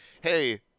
hey –